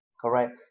correct